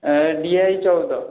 A D I ଚଉଦ